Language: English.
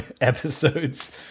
episodes